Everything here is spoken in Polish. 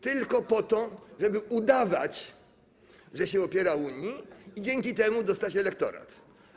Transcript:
Tylko po to, żeby udawać, że się opiera Unii, i dzięki temu dostać elektorat.